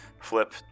flip